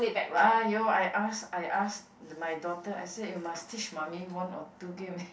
!aiyo! I ask I ask my daughter I say you must teach mummy one of two give me